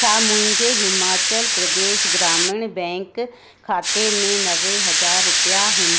छा मुंहिंजे हिमाचल प्रदेश ग्रामीण बैंक खाते में नवे हज़ार रुपया हून